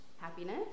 Happiness